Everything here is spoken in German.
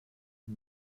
der